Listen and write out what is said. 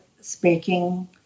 speaking